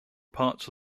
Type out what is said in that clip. parts